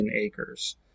acres